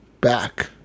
back